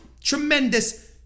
Tremendous